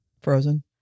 Frozen